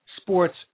sports